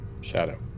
Shadow